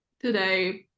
today